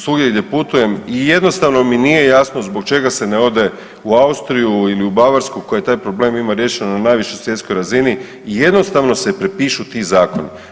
Svugdje gdje putujem i jednostavno mi nije jasno zbog čega se ne ode u Austriju ili u Bavarsku koja taj problem ima riješen na najvišoj svjetskoj razini i jednostavno se prepišu ti zakoni.